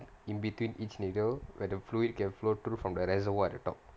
in between each needle where the fluid can flow through from the reservoir at the top